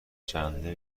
چندلر